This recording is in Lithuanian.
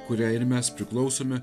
kuriai ir mes priklausome